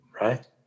Right